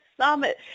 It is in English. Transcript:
Summit